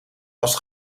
was